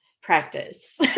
practice